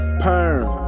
perm